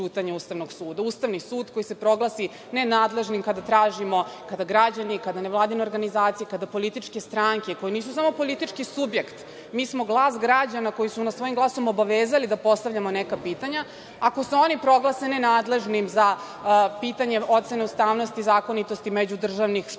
Ustavni sud koji se proglasi nenadležnim kada tražimo, kada građani, kada nevladine organizacije, kada političke stranke, koje nisu samo politički subjekt, mi smo glas građana koji su nas svojim glasom obavezali da postavljamo neka pitanja, ako se oni proglase nenadležnim za pitanje ocene ustavnosti i zakonitosti međudržavnih sporazuma,